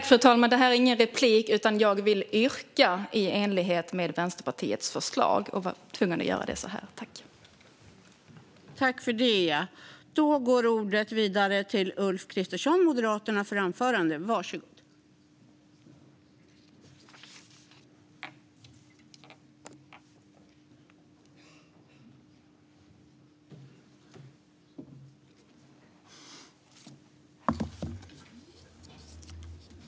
Fru talman! Detta är ingen replik, utan jag vill yrka bifall till Vänsterpartiets reservation. Jag var tvungen att begära replik för att kunna göra det.